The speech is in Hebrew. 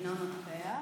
אינו נוכח.